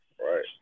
Right